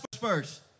first